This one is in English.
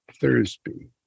Thursby